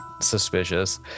suspicious